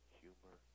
humor